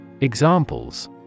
Examples